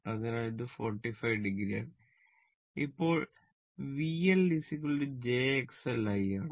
അതിനാൽ ഇത് 45 o ആണ് ഇപ്പോൾ VL j XL I ആണ്